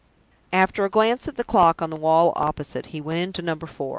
after a glance at the clock on the wall opposite, he went into number four.